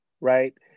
right